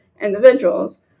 individuals